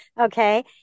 Okay